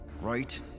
Right